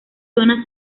zona